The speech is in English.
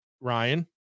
Ryan